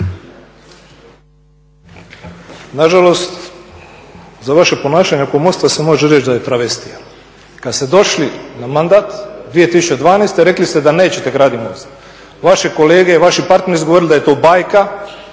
Nažalost za vaše ponašanje oko mosta se može reći da je travestija. Kada ste došli na mandat 2012. rekli ste da nećete graditi mosta. Vaši kolege i vaši partneri su govorili da je to bajka,